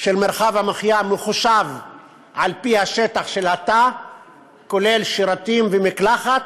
של מרחב המחיה מחושב על-פי השטח של התא כולל שירותים ומקלחת,